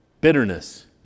bitterness